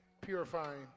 purifying